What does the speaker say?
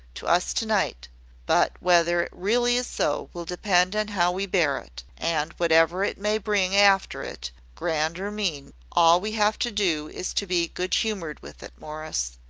to us to-night but whether it really is so, will depend on how we bear it and whatever it may bring after it, grand or mean, all we have to do is to be good-humoured with it, morris.